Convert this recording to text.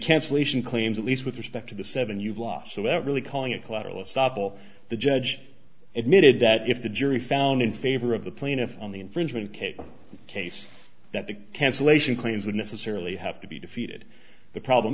cancellation claims at least with respect to the seven you've lost so that really calling it collateral estoppel the judge admitted that if the jury found in favor of the plaintiff on the infringement case the case that the cancellation claims would necessarily have to be defeated the problem